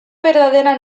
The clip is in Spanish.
verdadera